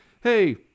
hey